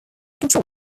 control